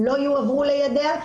לא יועברו לידיה,